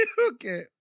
Okay